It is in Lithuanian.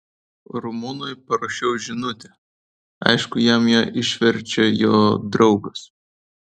rumunui parašau žinutę aišku jam ją išverčia jo draugas